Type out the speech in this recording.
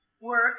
work